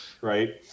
right